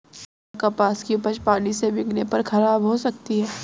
क्या कपास की उपज पानी से भीगने पर खराब हो सकती है?